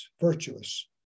virtuous